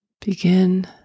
Begin